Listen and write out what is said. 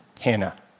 Hannah